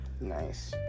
nice